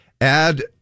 Add